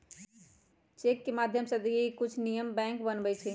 cheque के माध्यम से अदायगी के कुछ नियम बैंक बनबई छई